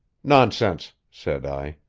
nonsense, said i.